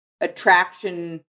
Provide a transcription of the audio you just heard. attraction